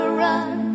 run